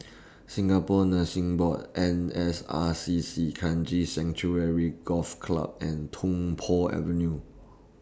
Singapore Nursing Board N S R C C Kranji Sanctuary Golf Club and Tung Po Avenue